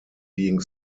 being